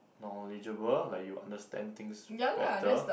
knowledgeable like you understand things better